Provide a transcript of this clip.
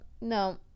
no